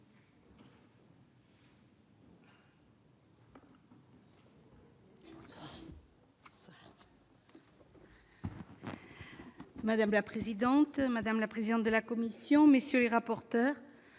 Madame la présidente, madame la présidente de la commission, messieurs les rapporteurs,